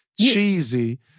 Cheesy